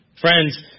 Friends